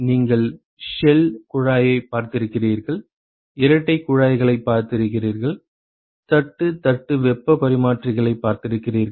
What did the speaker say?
நீங்கள் ஷெல் குழாயைப் பார்த்திருக்கிறீர்கள் இரட்டைக் குழாய்களைப் பார்த்திருக்கிறீர்கள் தட்டுத் தட்டு வெப்பப் பரிமாற்றிகளைப் பார்த்திருக்கிறீர்கள்